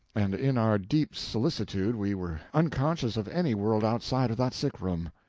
and in our deep solicitude we were unconscious of any world outside of that sick-room.